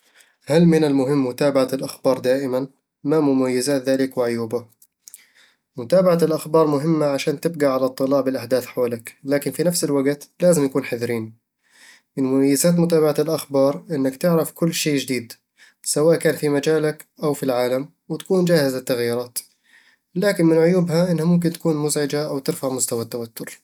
هل من المهم متابعة الأخبار دائمًا؟ ما مميزات ذلك وعيوبه؟ متابعة الأخبار مهمة عشان تبقى على اطلاع بالأحداث حولك، لكن في نفس الوقت لازم نكون حذرين من مميزات متابعة الأخبار إنك تعرف كل شيء جديد، سواء كان في مجالك أو في العالم، وتكون جاهز للتغييرات لكن من عيوبها إنها ممكن تكون مزعجة أو ترفع مستوى التوتر